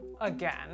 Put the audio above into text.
again